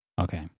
Okay